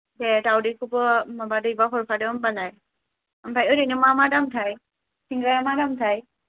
दे दावदैखौबो माबा दैबा हरफादो होनबालाय ओमफाय ओरैनो मा मा दामथाय सिंग्राया मा दामथाय